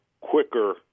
quicker